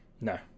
No